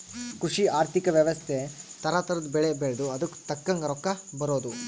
ಕೃಷಿ ಆರ್ಥಿಕ ವ್ಯವಸ್ತೆ ತರ ತರದ್ ಬೆಳೆ ಬೆಳ್ದು ಅದುಕ್ ತಕ್ಕಂಗ್ ರೊಕ್ಕ ಬರೋದು